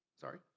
sorry